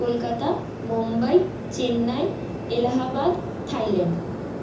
Kolkata Mumbai Chennai Allahabad Thailand